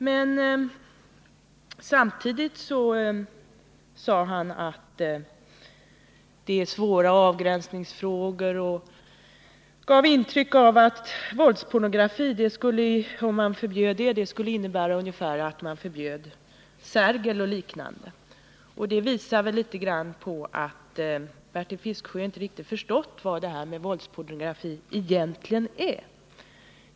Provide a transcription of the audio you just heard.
Men samtidigt sade han att det här är svåra avgränsningsfrågor och gav intryck av att ett förbud mot våldspornografi skulle innebära att man förbjöd Sergel och liknande. Det visar att Bertil Fiskesjö inte riktigt förstått vad våldspornografi egentligen är.